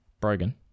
Brogan